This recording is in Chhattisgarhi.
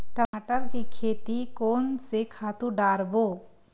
टमाटर के खेती कोन से खातु डारबो?